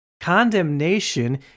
Condemnation